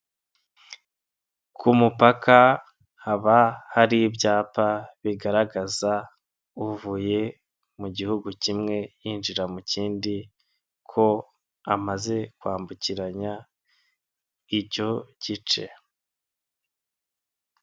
Ku mupaka haba hari ibyapa bigaragaza uvuye mu gihugu kimwe yinjira mu kindi ko amaze kwambukiranya icyo gice.